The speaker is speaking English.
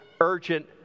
urgent